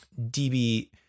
DB